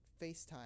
FaceTime